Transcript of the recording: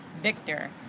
Victor